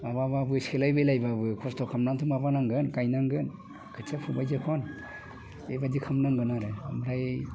माबाबाबो सेलाय बेलायबाबो खस्थ' खालामनानैथ' माबानांगोन गायनांगोन खोथिया फुबाय जखन बेबायदि खालामनांगोन आरो ओमफ्राय